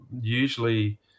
usually